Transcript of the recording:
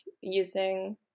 using